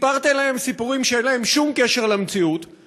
סיפרתם להם סיפורים שאין להם שום קשר למציאות,